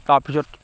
তাৰপিছত